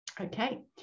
Okay